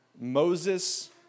Moses